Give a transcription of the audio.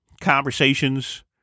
conversations